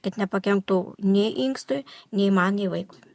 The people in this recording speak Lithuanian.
kad nepakenktų nei inkstui nei man nei vaikui